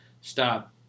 stop